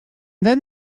then